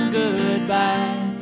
goodbye